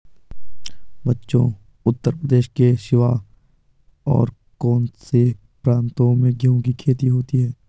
बच्चों उत्तर प्रदेश के सिवा और कौन से प्रांतों में गेहूं की खेती होती है?